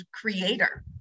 creator